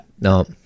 no